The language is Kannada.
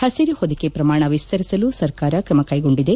ಹಸಿರು ಹೊದಿಕೆ ಪ್ರಮಾಣ ವಿಸ್ತರಿಸಲು ಸರ್ಕಾರ ಕ್ರಮಕೈಗೊಂಡಿದೆ